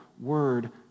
word